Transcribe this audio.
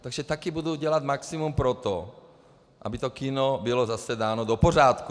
Takže také budu dělat maximum pro to, aby to kino bylo zase dáno do pořádku.